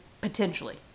potentially